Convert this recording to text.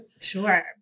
sure